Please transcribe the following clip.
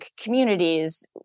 communities